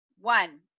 One